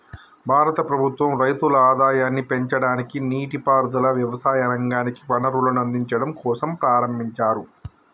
భారత ప్రభుత్వం రైతుల ఆదాయాన్ని పెంచడానికి, నీటి పారుదల, వ్యవసాయ రంగానికి వనరులను అందిచడం కోసంప్రారంబించారు